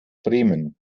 bremen